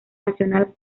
nacional